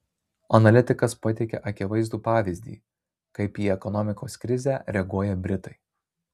analitikas pateikia akivaizdų pavyzdį kaip į ekonomikos krizę reaguoja britai